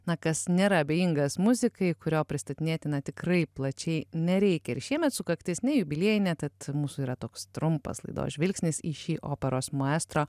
na kas nėra abejingas muzikai kurio pristatinėti na tikrai plačiai nereikia ir šiemet sukaktis ne jubiliejinė tad mūsų yra toks trumpas laidos žvilgsnis į šį operos maestro